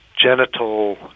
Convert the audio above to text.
genital